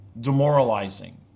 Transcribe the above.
demoralizing